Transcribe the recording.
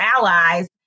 allies